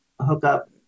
hookup